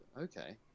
Okay